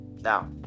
Now